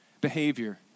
behavior